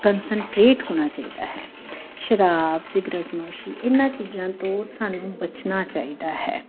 concentrate ਹੋਣਾ ਚਾਹੀਦਾ ਹੈ ਸ਼ਰਾਬ ਸਿਗਰੇਟਨੋਸ਼ੀ ਇਨ੍ਹਾਂ ਚੀਜ਼ਾਂ ਤੋਂ ਸਾਨੂੰ ਬਚਣਾ ਚਾਹੀਦਾ ਹੈ